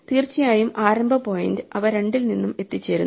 തീർച്ചയായും ആരംഭ പോയിന്റ് അവ രണ്ടിൽ നിന്നും എത്തിച്ചേരുന്നു